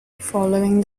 following